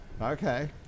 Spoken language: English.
Okay